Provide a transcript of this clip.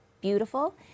beautiful